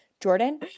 Jordan